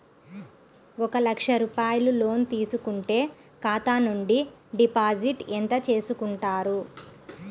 ఒక లక్ష రూపాయలు లోన్ తీసుకుంటే ఖాతా నుండి డిపాజిట్ ఎంత చేసుకుంటారు?